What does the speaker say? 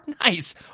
Nice